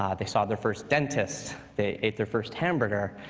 um they saw their first dentist, they ate their first hamburger,